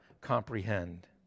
comprehend